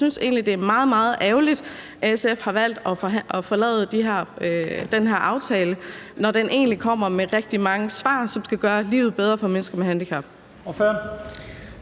det er meget, meget ærgerligt, at SF har valgt at forlade den her aftale, når den egentlig kommer med rigtig mange svar, som skal gøre livet bedre for mennesker med handicap.